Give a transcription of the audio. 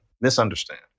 misunderstand